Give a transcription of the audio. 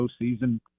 postseason